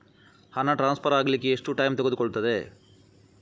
ಹಣ ಟ್ರಾನ್ಸ್ಫರ್ ಅಗ್ಲಿಕ್ಕೆ ಎಷ್ಟು ಟೈಮ್ ತೆಗೆದುಕೊಳ್ಳುತ್ತದೆ?